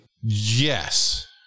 Yes